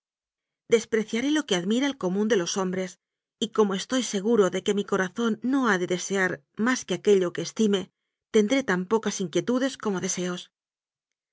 despreciaré lo que admira el co mún de los hombres y como estoy seguro de que mi corazón no ha de desear más que aquello que estime tendré tan pocas inquietudes como deseos